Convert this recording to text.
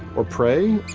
or prey,